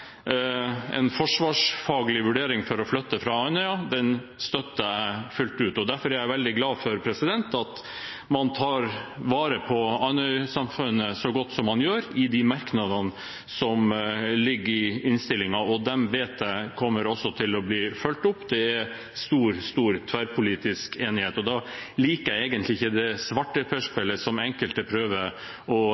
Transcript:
En forsvarsfaglig vurdering for å flytte fra Andøya støtter jeg fullt ut. Derfor er jeg veldig glad for at man tar vare på Andøy-samfunnet så godt som man gjør i de merknadene som ligger i innstillingen, og jeg vet også at de kommer til å bli fulgt opp. Det er stor tverrpolitisk enighet, og da liker jeg egentlig ikke det svarteperspillet som enkelte prøver å